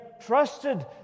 trusted